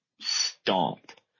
stomped